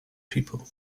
people